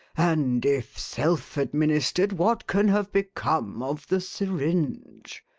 and, if self-administered, what can have become of the syringe?